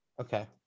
okay